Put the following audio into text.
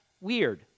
weird